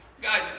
Guys